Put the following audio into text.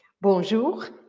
Bonjour